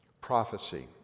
prophecy